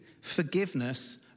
forgiveness